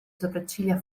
sopracciglia